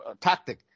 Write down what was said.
tactic